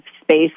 space